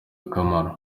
akamaro